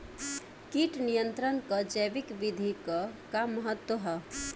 कीट नियंत्रण क जैविक विधि क का महत्व ह?